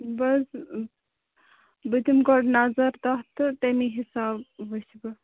بہٕ حظ بہٕ دِمہٕ گۄڈ نَظر تَتھ تہٕ تمے حِساب وُچھہِ بہٕ